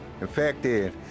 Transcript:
Infected